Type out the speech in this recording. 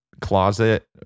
closet